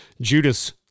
Judas